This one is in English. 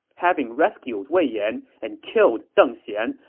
having rescued wei yan and killed deng xian,